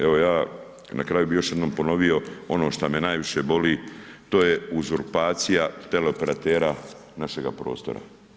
Evo, ja na kraju bi još jednom ponovio, ono što me najviše boli, to je uzurpacija teleoperatera našega prostora.